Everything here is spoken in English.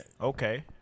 Okay